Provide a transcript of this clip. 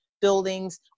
buildings